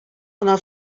кына